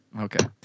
Okay